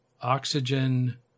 oxygen